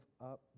up